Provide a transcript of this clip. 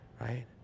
right